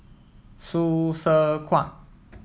Hsu Tse Kwang